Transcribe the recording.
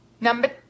Number